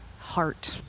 Heart